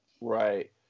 Right